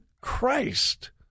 Christ